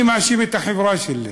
אני מאשים את החברה שלי.